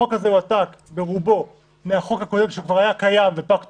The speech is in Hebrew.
החוק הזה הועתק ברובו מהחוק הקודם שכבר היה קיים ופג תוקפו,